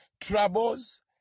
troubles